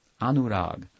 anurag